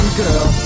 girl